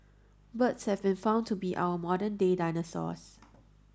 birds have been found to be our modern day dinosaurs